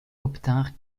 obtinrent